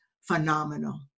phenomenal